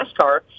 NASCAR